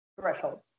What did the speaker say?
threshold